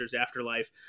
Afterlife